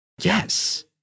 yes